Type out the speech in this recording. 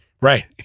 Right